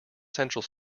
central